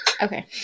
Okay